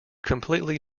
completely